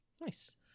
Nice